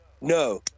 no